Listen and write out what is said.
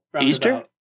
Easter